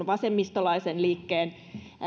vasemmistolaisen liikkeen